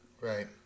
Right